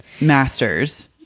Masters